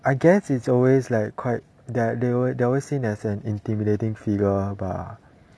I guess it's always like quite that they were they were always seen as an intimidating figure bah